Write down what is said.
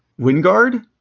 Wingard